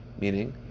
meaning